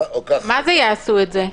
מה זה יעשו את זה?